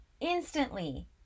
instantly